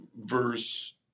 verse